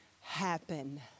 happen